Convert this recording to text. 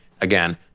again